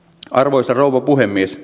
arvoisa rouva puhemies